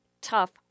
tough